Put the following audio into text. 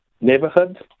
neighborhood